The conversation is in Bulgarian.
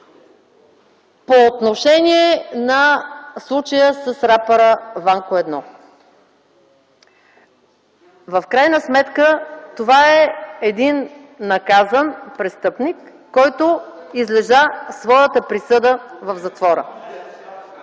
По отношение на случая с рапъра Ванко 1. В крайна сметка това е един наказан престъпник, който излежа своята присъда в затвора.